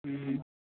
ம்